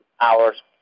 hours